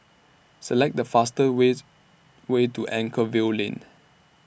Select The fastest ways Way to Anchorvale Lane